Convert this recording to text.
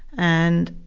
and